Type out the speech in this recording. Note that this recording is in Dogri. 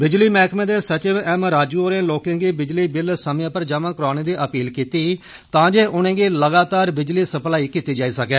बिजली मैह्कमें दे सचिव एम राजू होरें लोकें गी बिजली बिल समें पर जमा करोआने दी अपील कीती उनेंगी लगातार बिजली सप्लाई कीती जाई सकै